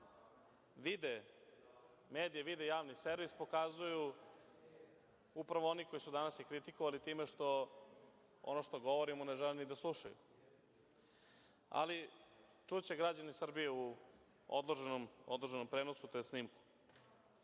vide medije i javni servis, pokazuju upravo oni koji su danas i kritikovali time što ono što govorimo ne žele ni da slušaju. Ali, čuće građani Srbije u odloženom prenosu, tj. snimku. Neki